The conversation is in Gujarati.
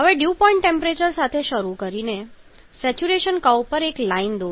હવે ડ્યૂ પોઇન્ટ ટેમ્પરેચર સાથે શરૂ કરીને સેચ્યુરેશન કર્વ પર એક લાઈન દોરો